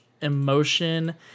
emotion